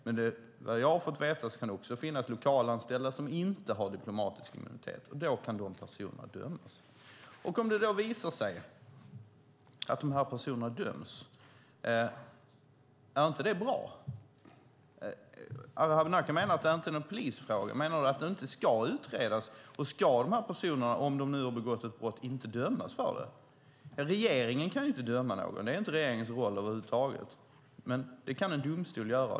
Men såvitt jag har fått veta kan det också finnas lokalanställda som inte har diplomatisk immunitet, och då kan dessa personer dömas. Om det då visar sig att dessa personer döms, är det inte bra? Arhe Hamednaca, du menar att detta inte är någon polisfråga. Menar du att det inte ska utredas? Ska dessa personer, om de nu har begått ett brott, inte dömas för det? Regeringen kan inte döma någon. Det är inte regeringens roll över huvud taget. Men det kan en domstol göra.